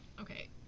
Okay